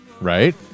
right